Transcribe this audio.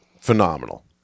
phenomenal